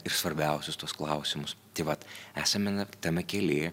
ir svarbiausius tuos klausimus tai vat esame net tame kely